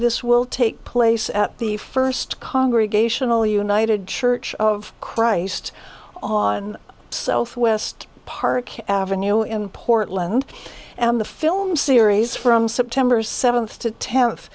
this will take place at the first congregational united church of christ on self west park avenue in portland and the film series from september seventh